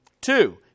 Two